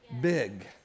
big